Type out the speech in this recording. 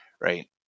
Right